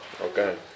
Okay